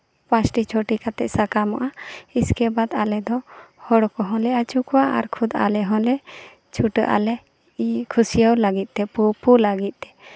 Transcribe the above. ᱯᱟᱸᱪᱴᱤ ᱪᱷᱚᱴᱤ ᱠᱟᱛᱮᱫ ᱥᱟᱠᱟᱢᱚᱜᱼᱟ ᱤᱥᱠᱮᱵᱟᱫ ᱟᱞᱮ ᱫᱚ ᱦᱚᱲ ᱠᱚᱦᱚᱸ ᱞᱮ ᱟᱹᱪᱩ ᱠᱚᱣᱟ ᱟᱨ ᱠᱷᱩᱸᱫᱽ ᱟᱞᱮ ᱦᱚᱸᱞᱮ ᱪᱩᱴᱟᱹᱜ ᱟᱞᱮ ᱠᱷᱩᱥᱭᱟᱹᱣ ᱞᱟᱹᱜᱤᱫ ᱛᱮ ᱯᱩ ᱯᱩ ᱞᱟᱹᱜᱤᱫ ᱛᱮ